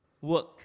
work